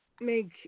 make